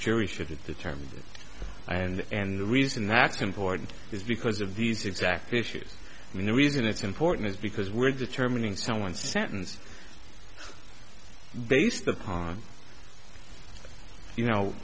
jury should it determine and and the reason that's important is because of these exact issues and the reason it's important is because we're determining someone sentenced based upon you know